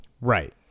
Right